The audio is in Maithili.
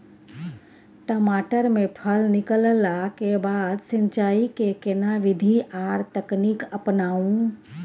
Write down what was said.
टमाटर में फल निकलला के बाद सिंचाई के केना विधी आर तकनीक अपनाऊ?